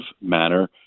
manner